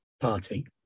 party